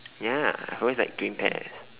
ya I've always liked green pears